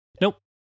Nope